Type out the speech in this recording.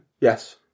Yes